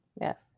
Yes